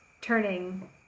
turning